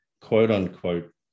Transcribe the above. quote-unquote